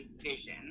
vision